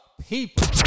people